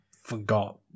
forgot